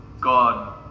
God